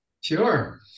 Sure